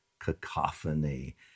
cacophony